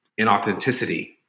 inauthenticity